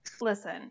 Listen